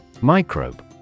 Microbe